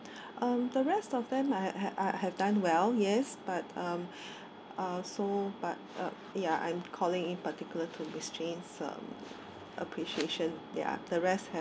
uh the rest of them have have done well yes but um uh so but uh ya I'm calling in particular to miss jane's um appreciation ya the rest have